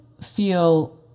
feel